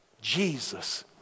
Jesus